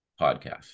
Podcast